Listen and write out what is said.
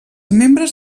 membres